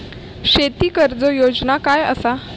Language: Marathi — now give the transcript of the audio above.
शेती कर्ज योजना काय असा?